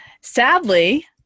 Sadly